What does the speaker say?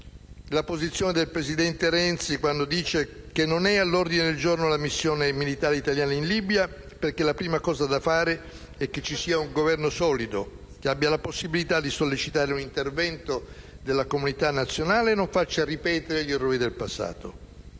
la posizione del presidente Renzi, quando dice che non è all'ordine del giorno la missione militare italiana in Libia, perché la prima cosa da fare è che ci sia un Governo solido, che abbia la possibilità di sollecitare un intervento della comunità internazionale e non faccia ripetere gli errori del passato.